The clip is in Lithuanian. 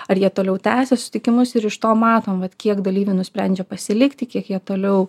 ar jie toliau tęsia susitikimus ir iš to matom vat kiek dalyvių nusprendžia pasilikti kiek jie toliau